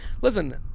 listen